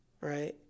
right